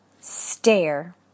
stare